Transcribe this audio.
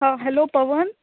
आं हॅलो पवन